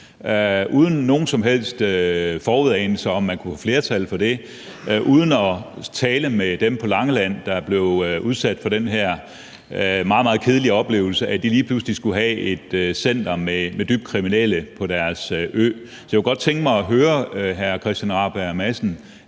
uden nogen som helst forudanelser om, om man kunne få flertal for det, uden at tale med dem på Langeland, der blev udsat for den her meget, meget kedelige oplevelse, at de lige pludselig skulle have et center med dybt kriminelle på deres ø. Så jeg kunne godt tænke mig at høre hr. Christian Rabjerg Madsen: